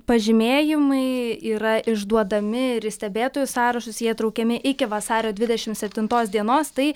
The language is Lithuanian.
pažymėjimai yra išduodami ir į stebėtojų sąrašus jie įtraukiami iki vasario dvidešim septintos dienos tai